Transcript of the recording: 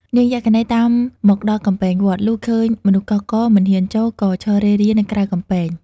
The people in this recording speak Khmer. នាងយក្ខិនីតាមមកដល់កំពែងវត្ត លុះឃើញមនុស្សកុះករ មិនហ៊ានចូល ក៏ឈររេរានៅក្រៅកំពែង។